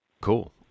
Cool